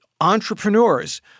entrepreneurs